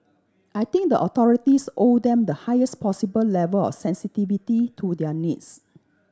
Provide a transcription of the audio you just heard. I think the authorities owe them the highest possible level of sensitivity to their needs